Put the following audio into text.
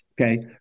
okay